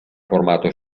formato